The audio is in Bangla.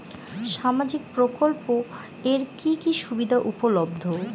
সামাজিক প্রকল্প এর কি কি সুবিধা উপলব্ধ?